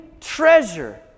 treasure